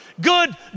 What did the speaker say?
good